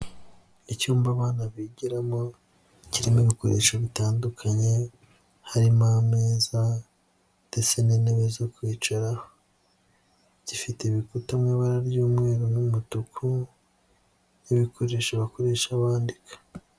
Icyumba abana bigiramo kirimo ibikoresho bitandukanye harimo ameza ndetse n'intebe zo kwicaraho, gifite ibikuta mu ibara ry'umweru n'umutuku n'ibikoresho bakoresha bandika.